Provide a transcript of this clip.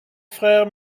frère